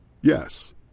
Yes